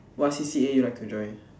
what C_C_A you like to join